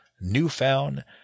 newfound